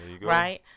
Right